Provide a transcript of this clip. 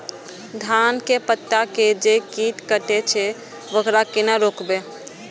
धान के पत्ता के जे कीट कटे छे वकरा केना रोकबे?